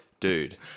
Dude